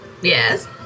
Yes